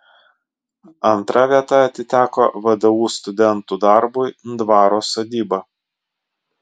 antra vieta atiteko vdu studentų darbui dvaro sodyba